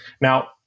Now